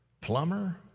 plumber